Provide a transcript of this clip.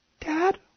Dad